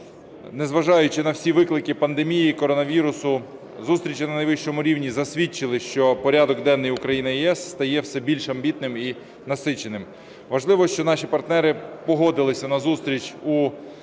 Незважаючи на всі виклики пандемії і коронавірусу, зустрічі на найвищому рівні засвідчили, що порядок денний Україна-ЄС стає все більш амбітним і насиченим. Важливо, що наші партнери погодилися на зустріч у